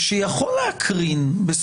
שיכול להקרין.